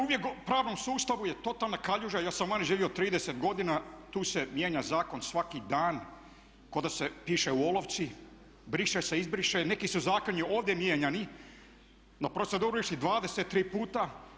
Uvijek u pravnom sustavu je totalna kaljuža, ja sam vani živio 30 godina, tu se mijenja zakon svaki dan ko da se piše u olovci, briše se, izbriše, neki su zakoni ovdje mijenjani na proceduru išli 23 puta.